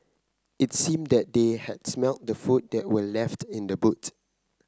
it seemed that they had smelt the food that were left in the boot